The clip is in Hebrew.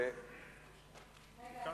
לא